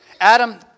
Adam